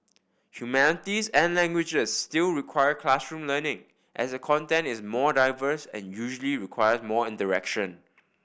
humanities and languages still require classroom learning as the content is more diverse and usually require more interaction